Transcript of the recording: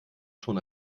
schon